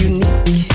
Unique